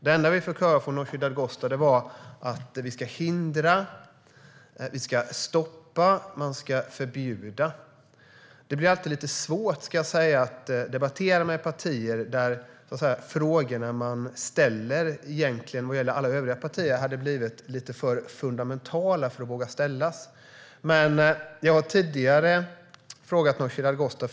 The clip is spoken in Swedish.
Det enda vi fick höra från Nooshi Dadgostar handlade om att hindra, stoppa och förbjuda. Det är lite svårt att debattera när de frågor man skulle ställa till andra partier blir lite för fundamentala för att man ska våga ställa dem.